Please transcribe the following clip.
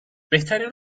بهترین